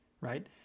right